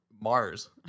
Mars